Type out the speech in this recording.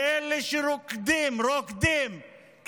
לאלה שרוקדים,